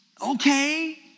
Okay